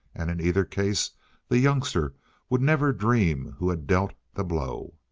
and in either case the youngster would never dream who had dealt the blow.